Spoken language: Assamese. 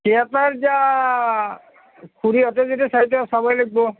থিয়েটাৰ এতিয়া খুৰীহঁতে যদি চাই তেও চাবই লাগিব